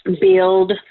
build